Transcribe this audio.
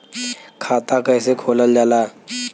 खाता कैसे खोलल जाला?